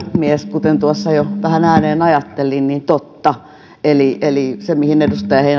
kuten tuossa jo vähän ääneen ajattelin totta eli niin kuin edustaja